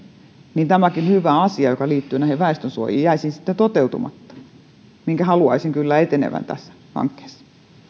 niin tämäkin hyvä asia joka liittyy näihin väestönsuojiin jäisi sitten toteutumatta sen haluaisin kyllä etenevän tässä hankkeessa